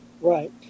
Right